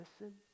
listen